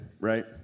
right